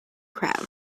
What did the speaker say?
crowd